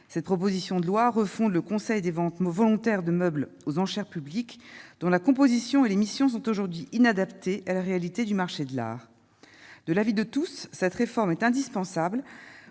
cette proposition de loi refond le Conseil des ventes mot volontaires de meubles aux enchères publiques, dont la composition et les missions sont aujourd'hui inadaptés à la réalité du marché de l'art de l'avis de tous, cette réforme est indispensable